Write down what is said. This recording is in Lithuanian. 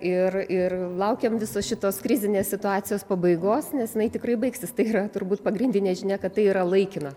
ir ir laukėm visos šitos krizinės situacijos pabaigos nes jinai tikrai baigsis tai yra turbūt pagrindinė žinia kad tai yra laikina